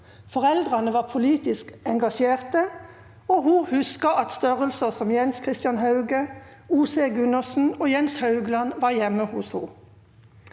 Foreldrene var politisk engasjerte, og hun husket at størrelser som Jens Christian Hauge, O.C. Gundersen og Jens Haugland var hjemme hos dem.